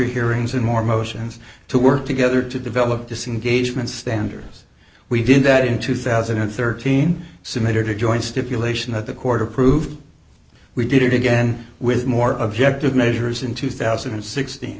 hearings and more motions to work together to develop disengagement standards we did that in two thousand and thirteen scimitar to joint stipulation that the court approved we did it again with more of ject of measures in two thousand and sixt